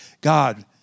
God